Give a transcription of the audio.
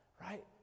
right